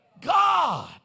God